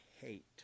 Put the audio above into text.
hate